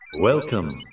Welcome